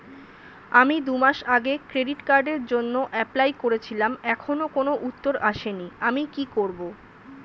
আমি দুমাস আগে ক্রেডিট কার্ডের জন্যে এপ্লাই করেছিলাম এখনো কোনো উত্তর আসেনি আমি কি করব?